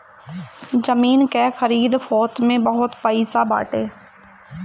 जमीन कअ खरीद फोक्त में बहुते पईसा बाटे